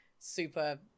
super